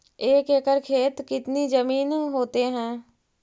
एक एकड़ खेत कितनी जमीन होते हैं?